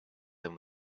them